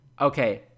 okay